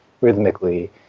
rhythmically